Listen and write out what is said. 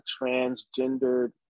transgendered